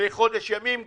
לחודש ימים.